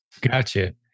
Gotcha